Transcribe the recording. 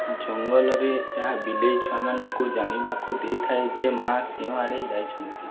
ଜଙ୍ଗଲରେ ଏହା ବିଲେଇ ଛୁଆମାନଙ୍କୁ ଜାଣିବାକୁ ଦେଇଥାଏ ଯେ ମା' କେଉଁଆଡ଼େ ଯାଇଛନ୍ତି